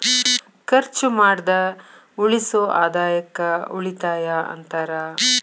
ಖರ್ಚ್ ಮಾಡ್ದ ಉಳಿಸೋ ಆದಾಯಕ್ಕ ಉಳಿತಾಯ ಅಂತಾರ